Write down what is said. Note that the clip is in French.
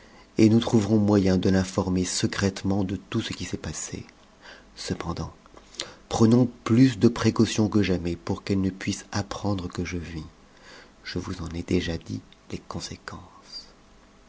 et nous trouverons moyen de l'informer secrètement de tout ce qui s'est passé cependant prenons plus de précautions que jamais pour qu'elle ne puisse apprendre que je vis je vous eu ai déjà dit les conséquences